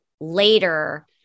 later